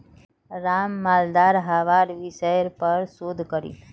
राम मालदार हवार विषयर् पर शोध करील